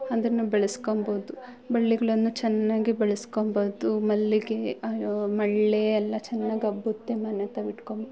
ಅದನ್ನು ಬೆಳೆಸ್ಕೊಂಬೋದು ಬಳ್ಳಿಗಳನ್ನು ಚೆನ್ನಾಗಿ ಬೆಳೆಸ್ಕೊಂಬೋದು ಮಲ್ಲಿಗೆ ಅರ ಮಳ್ಳೇ ಎಲ್ಲ ಚೆನ್ನಾಗ್ ಹಬ್ಬುತ್ತೆ ಮನೆ ತಾವಿಟ್ಕೊಂಬೋದು